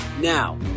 Now